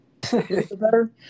better